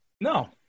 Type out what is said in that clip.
No